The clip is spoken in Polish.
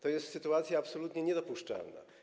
To jest sytuacja absolutnie niedopuszczalna.